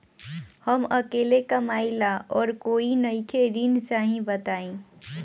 हम अकेले कमाई ला और कोई नइखे ऋण चाही बताई?